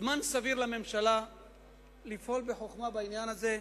זמן סביר לממשלה לפעול בחוכמה בעניין הזה.